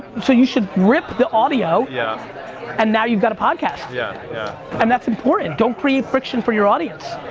so you should rip the audio yeah and now you've got a podcast. yeah yeah and that's important, don't create friction for your audience.